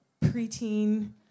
preteen